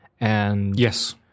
Yes